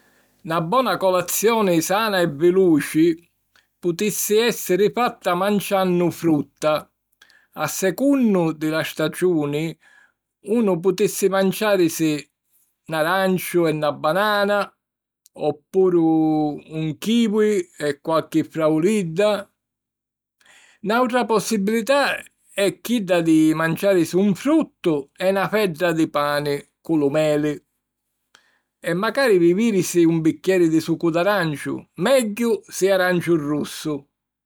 Na bona colazioni sana e viluci putissi èssiri fatta manciannu frutta. A secunnu di la staciuni, unu putissi manciàrisi 'n aranciu e na banana, o puru un chivui e qualchi fragulidda. Nàutra possibilità è chidda di manciàrisi un fruttu e na fedda di pani cu lu meli. E macari vivìrisi un biccheri di sucu d'aranciu, megghiu si aranciu russu.